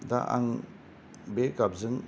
दा आं बे गाबजों